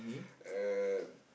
and